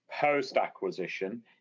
post-acquisition